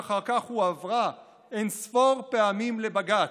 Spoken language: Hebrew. שאחר כך הועברה אין-ספור פעמים לבג"ץ,